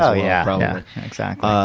yeah yeah yeah. exactly.